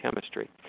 chemistry